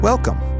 Welcome